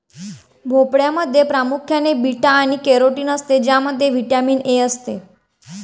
भोपळ्यामध्ये प्रामुख्याने बीटा आणि कॅरोटीन असते ज्यामध्ये व्हिटॅमिन ए असते